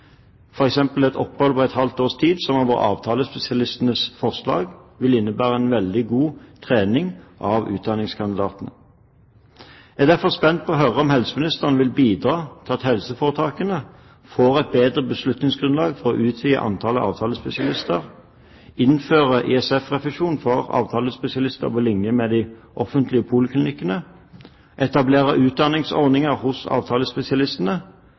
et opphold på et halvt års tid, som har vært avtalespesialistenes forslag, innebære en veldig god trening for utdanningskandidatene. Jeg er derfor spent på å høre om helseministeren vil bidra til at helseforetakene får et bedre beslutningsgrunnlag for å utvide antallet avtalespesialister, innføre ISF-refusjon for avtalespesialister på linje med de offentlige poliklinikkene, etablere utdanningsordninger hos avtalespesialistene,